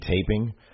taping